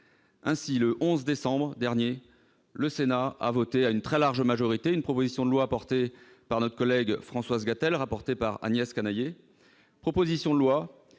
Ainsi, le 11 décembre dernier, le Sénat votait à une très large majorité une proposition de loi, déposée par notre collègue Françoise Gatel et rapportée par Agnès Canayer, qui visait